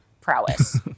prowess